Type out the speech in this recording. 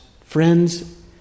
friends